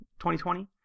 2020